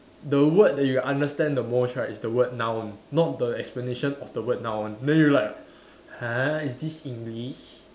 the word that you understand the most right is the word noun not the explanation of the word noun then you like !huh! is this English